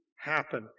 happen